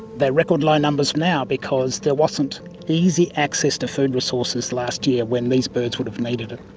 they're record low numbers now because there wasn't easy access to food resources last year when these birds would have needed it.